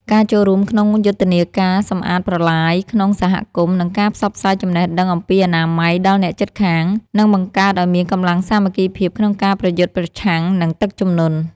ការចូលរួមក្នុងយុទ្ធនាការសម្អាតប្រឡាយក្នុងសហគមន៍ និងការផ្សព្វផ្សាយចំណេះដឹងអំពីអនាម័យដល់អ្នកជិតខាង នឹងបង្កើតឱ្យមានកម្លាំងសាមគ្គីភាពក្នុងការប្រយុទ្ធប្រឆាំងនឹងទឹកជំនន់។